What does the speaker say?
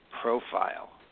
profile